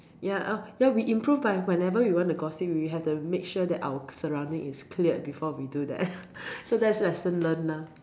ya oh ya we improve by whenever we want to gossip we have to make sure that our surroundings is cleared before we do that so that's lesson learnt lah mm